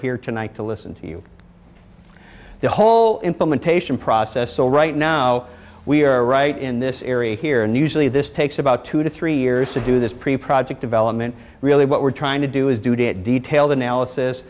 here tonight to listen to you the whole implementation process so right now we are right in this area here and usually this takes about two to three years to do this pre project development really what we're trying to do is due to detailed analysis